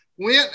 went